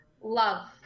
love